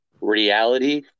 Reality